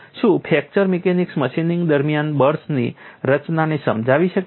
શું fracture mechanics machining દરમિયાન બર્સની રચનાને સમજાવી શકે છે